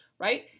Right